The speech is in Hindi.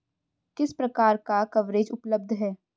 किस प्रकार का कवरेज उपलब्ध है?